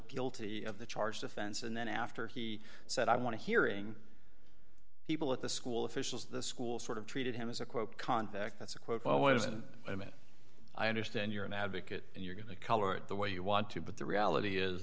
guilty of the charged offense and then after he said i want to hearing people at the school officials of the school sort of treated him as a quote convict that's a quote why didn't i mean i understand you're an advocate and you're going to color it the way you want to but the reality is